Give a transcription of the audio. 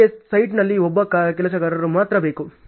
ನನಗೆ ಸೈಟ್ನಲ್ಲಿ ಒಬ್ಬ ಕೆಲಸಗಾರ ಮಾತ್ರ ಬೇಕು